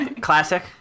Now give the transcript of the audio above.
Classic